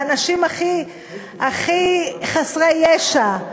לאנשים הכי חסרי ישע.